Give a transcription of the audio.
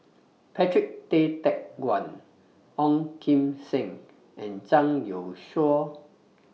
Patrick Tay Teck Guan Ong Kim Seng and Zhang Youshuo